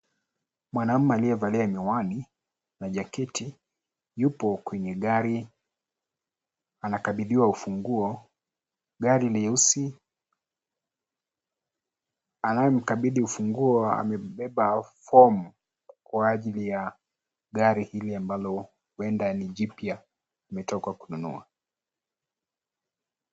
Mwanamme alievalia miwani na jaketi yupo kwenye gari, anakabidhiwa ufunguo. Gari leusi, anayemkabidhi ufunguo amebeba fomu, kwa ajili ya gari hili ambalo huenda ni jipya ametoka kununua.